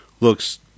looks